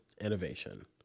innovation